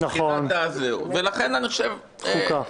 ולכן אני חושב --- נכון.